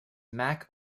mac